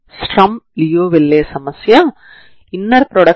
η చరరాశి మరియు అది 0 నుండి 0 వరకు మారుతూ ఉంటుంది